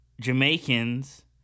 Jamaicans